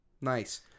Nice